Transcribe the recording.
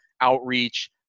outreach